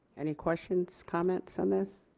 any questions comments on this?